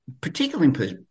particularly